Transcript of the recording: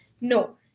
No